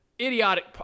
idiotic